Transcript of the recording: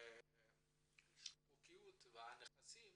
החוקיות בנכסים